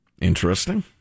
Interesting